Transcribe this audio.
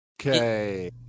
Okay